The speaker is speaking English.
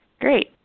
Great